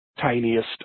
tiniest